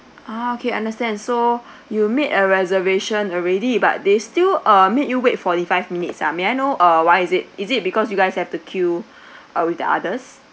ah okay understand so you made a reservation already but they still uh make you wait forty-five minutes ah may I know err why is it is it because you guys have to queue uh with the others